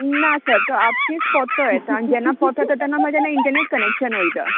ना सर तो आपशीच परतो येता आनी जेन्ना परतो येता तेन्ना इंटरनॅट कनॅक्शन वोयता